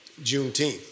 Juneteenth